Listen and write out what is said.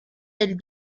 del